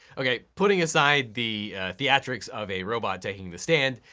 okay, putting aside the theatrics of a robot taking the stand,